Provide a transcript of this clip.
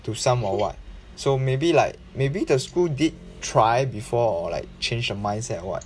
to some or what so maybe like maybe the school did try before or like change the mindset or what